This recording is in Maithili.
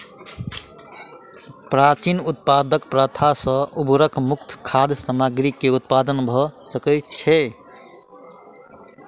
प्राचीन उत्पादन प्रथा सॅ उर्वरक मुक्त खाद्य सामग्री के उत्पादन भ सकै छै